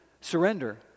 surrender